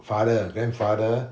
father grandfather